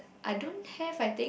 I don't have I think